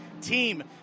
team